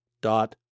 dot